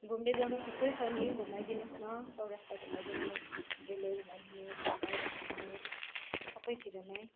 घुम्ने जग्गा थुप्रै छ नि घुमाइदिनुहोस् न चौरस्ता घुमाइदिनुहोस् डेलो घुमाइदिनुहोस् बजार घुमाइदिनुहोस् सबैतिर नै